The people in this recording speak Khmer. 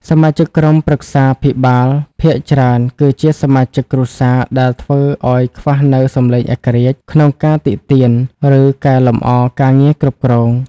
សមាជិកក្រុមប្រឹក្សាភិបាលភាគច្រើនគឺជាសមាជិកគ្រួសារ ដែលធ្វើឱ្យខ្វះនូវ "សំឡេងឯករាជ្យ" ក្នុងការទិតៀន ឬកែលម្អការងារគ្រប់គ្រង។